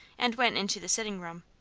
and went into the sitting-room.